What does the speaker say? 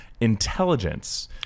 Intelligence